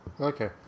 Okay